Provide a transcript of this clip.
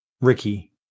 Ricky